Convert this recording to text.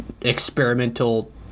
experimental